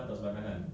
platform ah